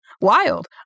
wild